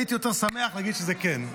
הייתי יותר שמח להגיד שזה כן,